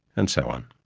and so on.